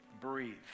Breathe